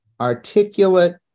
articulate